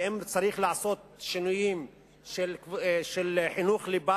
ואם צריך לעשות שינויים של חינוך ליבה,